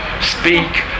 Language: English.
speak